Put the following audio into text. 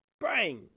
Bang